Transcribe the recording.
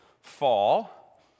fall